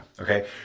okay